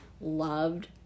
loved